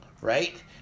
right